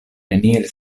neniel